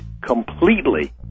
completely